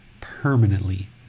permanently